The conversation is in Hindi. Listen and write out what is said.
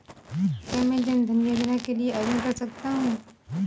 क्या मैं जन धन योजना के लिए आवेदन कर सकता हूँ?